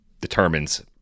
determines